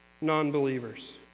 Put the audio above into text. non-believers